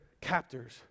captors